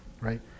right